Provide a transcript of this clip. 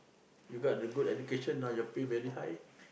you got into good education now your pay very high